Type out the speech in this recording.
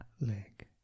leg